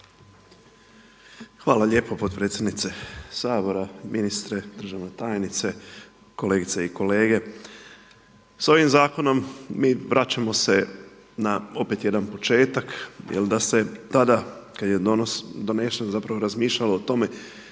Hvala lijepo potpredsjednice Sabora. Ministre, državna tajnice, kolegice i kolege. S ovim zakonom mi vraćamo se na opet jedan početak da se tada kada je donesen zapravo razmišljalo o tome